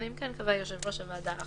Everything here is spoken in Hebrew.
אלא אם כן קבע יושב ראש הוועדה אחרת."